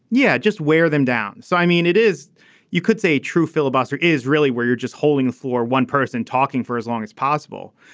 yeah just wear them down. so i mean it is you could say a true filibuster is really where you're just holding a floor one person talking for as long as possible.